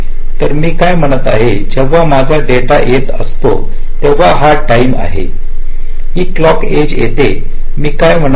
तर मी काय म्हणत आहे जेव्हा माझ्या डेटा येत असतो तेव्हा हा टाइम आहे ही क्लॉकची एज येती ये मी काय म्हणत आहे